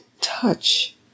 touch